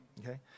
okay